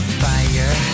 fire